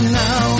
now